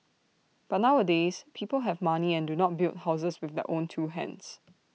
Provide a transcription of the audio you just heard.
but nowadays people have money and do not build houses with their own two hands